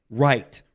right,